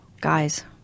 guys